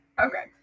okay